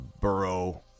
Burrow